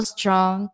Strong